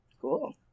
cool